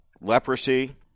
leprosy